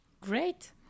Great